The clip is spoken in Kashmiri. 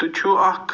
تہٕ چھُ اکھ